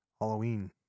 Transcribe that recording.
Halloween